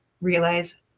realize